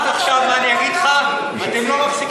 עד עכשיו, מה אני אגיד לך, אתם לא מפסיקים,